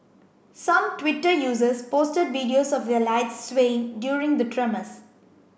some Twitter users posted videos of their lights swaying during the tremors